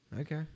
Okay